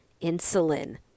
insulin